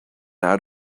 out